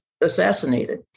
assassinated